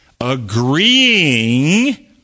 agreeing